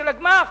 של הגמ"ח,